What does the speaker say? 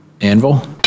anvil